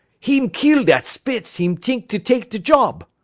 heem keel dat spitz, heem t'ink to take de job.